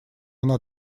она